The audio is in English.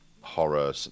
Horror